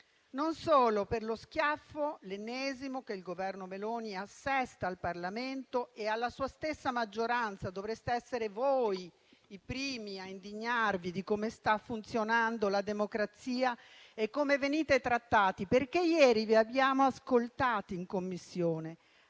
non solo per lo schiaffo - l'ennesimo - che il Governo Meloni assesta al Parlamento e alla sua stessa maggioranza; dovreste essere voi i primi a indignarvi per come sta funzionando la democrazia e per come venite trattati. Ieri, in Commissione, vi abbiamo ascoltato infatti